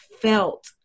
felt